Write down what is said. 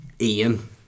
Ian